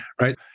right